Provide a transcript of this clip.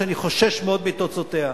ואני חושש מאוד מתוצאות דיוניה.